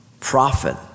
Profit